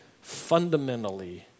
fundamentally